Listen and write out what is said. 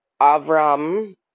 Avram